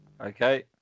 okay